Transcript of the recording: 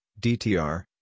DTR